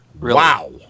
Wow